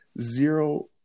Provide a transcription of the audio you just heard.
zero